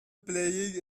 playing